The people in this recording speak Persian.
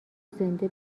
زنده